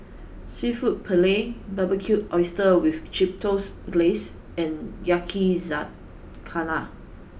Seafood Paella Barbecued Oysters with Chipotle Glaze and Yakizakana